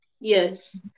Yes